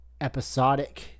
episodic